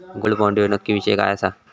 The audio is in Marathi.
गोल्ड बॉण्ड ह्यो नक्की विषय काय आसा?